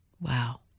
Wow